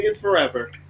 forever